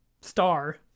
star